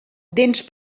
dents